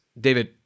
David